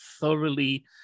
thoroughly